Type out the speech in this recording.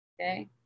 Okay